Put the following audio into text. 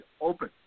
open